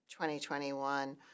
2021